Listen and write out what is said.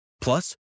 Plus